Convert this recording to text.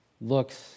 looks